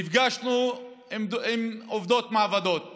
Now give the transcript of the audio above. עם עובדי מעבדות